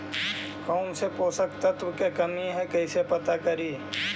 कौन पोषक तत्ब के कमी है कैसे पता करि?